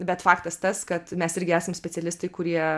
bet faktas tas kad mes irgi esam specialistai kurie